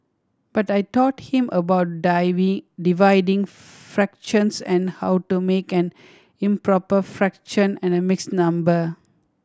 but I taught him about dividing fractions and how to make an improper fraction and a mixed number